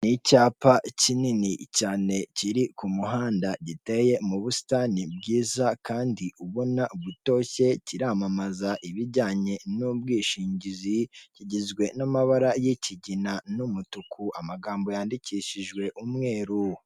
Ni icyapa kinini cyane kiri ku muhanda giteye mu busitani bwiza kandi ubona butoshye kiramamaza ibijyanye n'ubwishingizi kigizwe n'amabara y'ikigina n'umutuku amagambo yandikishijwe umweru.